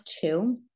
two